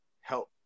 Help